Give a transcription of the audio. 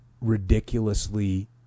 ridiculously